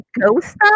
ghost